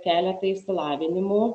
keletą išsilavinimų